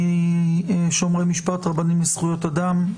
משומרי משפט - רבים לזכויות אדם,